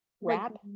wrap